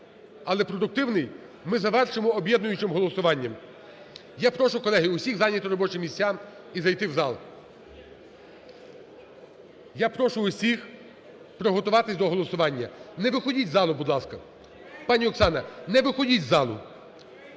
але продуктивний, ми завершимо об'єднуючим голосуванням. Я прошу, колеги, усіх зайняти робочі місця і зайти в зал. Я прошу усіх приготуватись до голосування. Не виходіть з залу, будь ласка. Пані Оксана, не виходіть з залу.